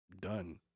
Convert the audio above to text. done